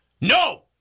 No